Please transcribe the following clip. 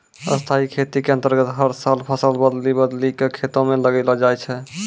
स्थाई खेती के अन्तर्गत हर साल फसल बदली बदली कॅ खेतों म लगैलो जाय छै